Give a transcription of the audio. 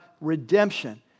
redemption